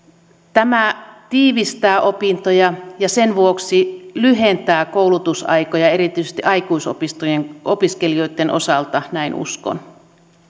tämä tiivistää opintoja ja sen vuoksi lyhentää koulutusaikoja erityisesti aikuisopistojen opiskelijoitten osalta näin uskon